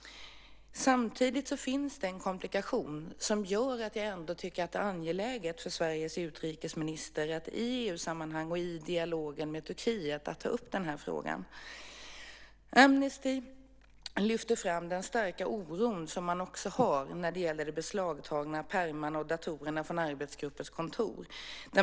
Samtidigt finns det en komplikation som gör att jag ändå tycker att det är angeläget för Sveriges utrikesminister att i EU-sammanhang och i dialogen med Turkiet ta upp den här frågan. Amnesty lyfter fram den starka oro som man har när det gäller de beslagtagna pärmarna och datorerna från arbetsgruppens kontor.